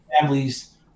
families